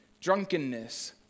drunkenness